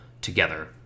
together